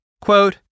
Quote